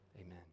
Amen